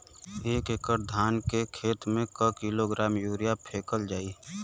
एक एकड़ धान के खेत में क किलोग्राम यूरिया फैकल जाई?